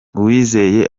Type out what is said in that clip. uwizeye